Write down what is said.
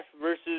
versus